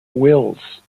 wills